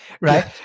right